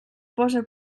posa